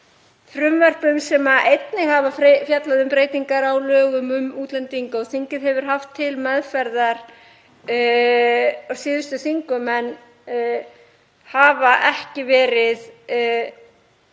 frumvörpum sem einnig hafa fjallað um breytingar á lögum um útlendinga og þingið hefur haft til meðferðar á síðustu þingum en hafa ekki verið